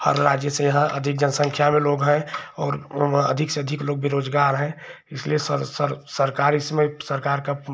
हर राज्य से यहाँ अधिक जनसँख्या में लोग हैं और अधिक से अधिक लोग बेरोजगार हैं इसीलिए सर सरकार सरकार इसमें सरकार का